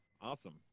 Awesome